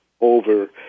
over